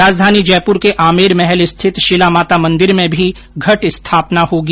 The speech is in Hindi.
राजधानी जयपुर के आमेर महल स्थित शिला माता मंदिर में भी घट स्थापना होगी